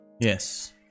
Yes